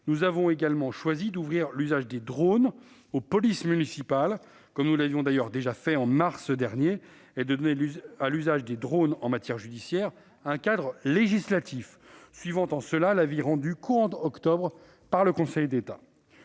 Nous avons également choisi d'ouvrir l'usage des drones aux polices municipales, comme nous l'avions fait au mois de mars dernier, et de donner à l'usage des drones en matière judiciaire un cadre législatif, suivant en cela l'avis rendu au cours du mois d'octobre dernier par le Conseil d'État.